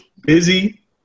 busy